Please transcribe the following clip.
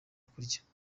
kurya